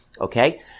Okay